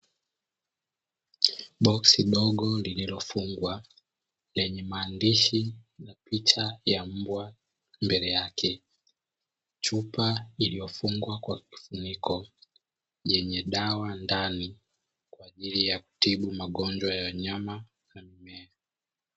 Boksi dogo lililofungwa lenye maandishi na picha ya mbwa mbele yake, chupa iliyofungwa kwa kifuniko yenye dawa ndani kwa ajili ya kutibu magonjwa ya wanyama na mimea.